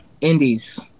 indies